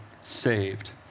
saved